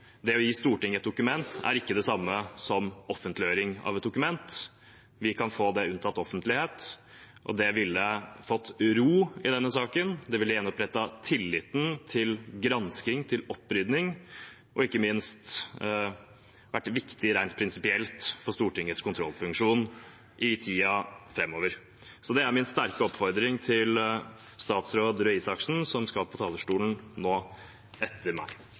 det å gi Stortinget et dokument er ikke det samme som offentliggjøring av et dokument; vi kan få det unntatt offentlighet. Det ville fått ro i denne saken, det ville gjenopprettet tilliten til granskingen, til opprydningen, og ikke minst vært viktig rent prinsipielt for Stortingets kontrollfunksjon i tiden framover. Det er min sterke oppfordring til statsråd Røe Isaksen, som skal på talerstolen nå etter meg.